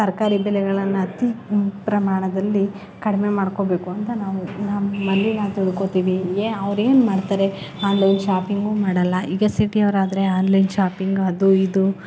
ತರಕಾರಿ ಬೆಲೆಗಳನ್ನು ಅತಿ ಪ್ರಮಾಣದಲ್ಲಿ ಕಡಿಮೆ ಮಾಡ್ಕೊಳ್ಬೇಕು ಅಂತ ನಾವು ನಮ್ಮಲ್ಲಿ ನಾವು ತಿಳ್ಕೊಳ್ತೀವಿ ಅವ್ರೇನು ಮಾಡ್ತಾರೆ ಆನ್ಲೈನ್ ಶಾಪಿಂಗೂ ಮಾಡೋಲ್ಲ ಈಗ ಸಿಟಿಯವರಾದರೆ ಆನ್ಲೈನ್ ಶಾಪಿಂಗ್ ಅದು ಇದು